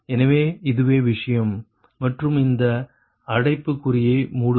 எனவே இதுவே விஷயம் மற்றும் இந்த அடைப்புக்குறியை மூடுங்கள்